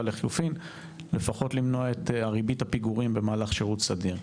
אבל לחילופין לפחות למנוע את ריבית הפיגורים במהלך שירות סדיר.